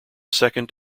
second